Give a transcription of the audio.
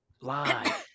lie